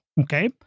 okay